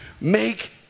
Make